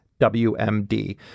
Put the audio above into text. WMD